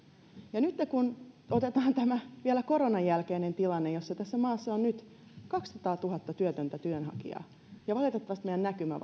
ja nyt kun otetaan vielä tämä koronanjälkeinen tilanne jossa tässä maassa on nyt kaksisataatuhatta työtöntä työnhakijaa ja valitettavasti meidän näkymä